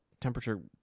temperature